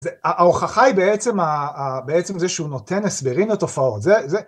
ההוכחה היא בעצם זה שהוא נותן הסברים לתופעות.